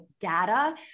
data